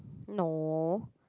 no